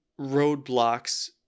roadblocks